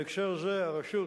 בהקשר זה הרשות